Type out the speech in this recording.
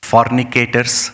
Fornicators